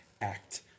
act